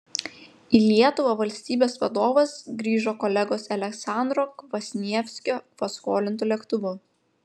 į lietuvą valstybės vadovas grįžo kolegos aleksandro kvasnievskio paskolintu lėktuvu